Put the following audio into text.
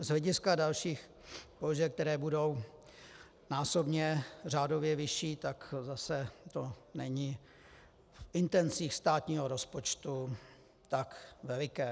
Z hlediska dalších položek, které budou násobně řádově vyšší, tak to zase není v intencích státního rozpočtu tak veliké.